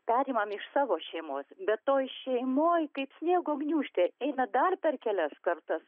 perimam iš savo šeimos bet toj šeimoj kaip sniego gniūžtė eina dar per kelias kartas